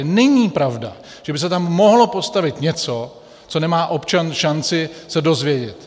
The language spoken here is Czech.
Není pravda, že by se tam mohlo postavit něco, co nemá občan šanci se dozvědět.